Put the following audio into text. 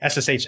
ssh